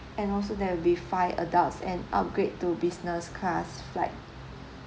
and also there will be five adults and upgrade to business class flight